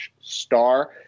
Star